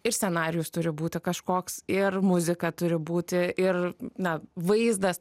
ir scenarijus turi būti kažkoks ir muzika turi būti ir na vaizdas